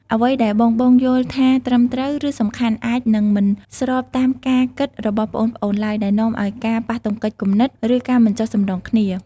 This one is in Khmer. អ្វីដែលបងៗយល់ថាត្រឹមត្រូវ ឬសំខាន់ អាចនឹងមិនស្របតាមការគិតរបស់ប្អូនៗឡើយ ដែលនាំឱ្យមានការប៉ះទង្គិចគំនិត ឬការមិនចុះសម្រុងគ្នា។